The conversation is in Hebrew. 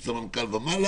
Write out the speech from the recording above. וכו'.